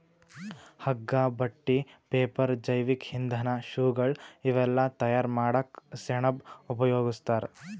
ಹಗ್ಗಾ ಬಟ್ಟಿ ಪೇಪರ್ ಜೈವಿಕ್ ಇಂಧನ್ ಶೂಗಳ್ ಇವೆಲ್ಲಾ ತಯಾರ್ ಮಾಡಕ್ಕ್ ಸೆಣಬ್ ಉಪಯೋಗಸ್ತಾರ್